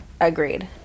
agreed